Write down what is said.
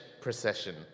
procession